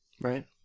Right